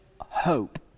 hope